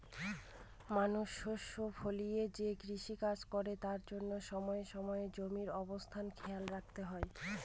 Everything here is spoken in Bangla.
মানুষ শস্য ফলিয়ে যে কৃষিকাজ করে তার জন্য সময়ে সময়ে জমির অবস্থা খেয়াল রাখা হয়